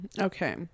Okay